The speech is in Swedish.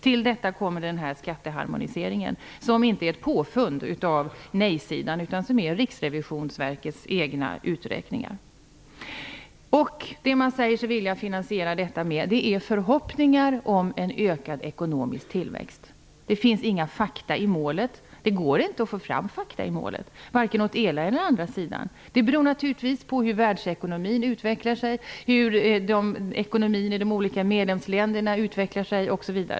Till detta kommer skatteharmoniseringen som inte är ett påfund av nej-sidan, utan den bygger på Riksrevisionsverkets egna uträkningar. Det man säger sig vilja finansiera detta med är förhoppningar om en ökad ekonomisk tillväxt. Det finns inga fakta i målet, och det går inte att få fram fakta i målet vare sig för den ena eller den andra sidan. Det beror naturligtvis på hur världsekonomin utvecklar sig, hur ekonomin i de olika medlemsländerna utvecklar sig osv.